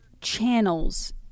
channels